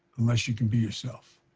unless you can be yourself.